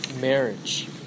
marriage